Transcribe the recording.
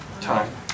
Time